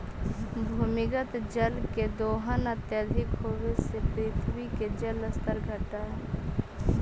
भूमिगत जल के दोहन अत्यधिक होवऽ से पृथ्वी के जल स्तर घटऽ हई